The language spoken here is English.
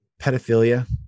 pedophilia